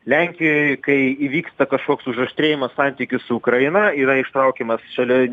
lenkijoje kai įvyksta kažkoks užaštrėjimas santykių su ukraina yra ištraukiamas šalia